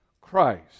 Christ